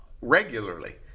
regularly